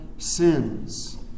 Sins